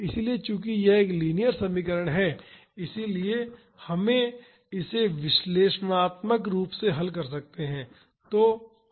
इसलिए चूंकि यह एक लीनियर समीकरण है इसलिए हम इसे विश्लेषणात्मक रूप से हल कर सकते हैं